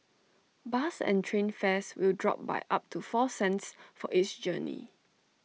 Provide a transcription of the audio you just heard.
bus and train fares will drop by up to four cents for each journey